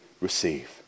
receive